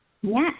Yes